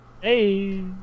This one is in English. hey